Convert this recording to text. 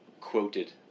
quoted